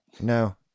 No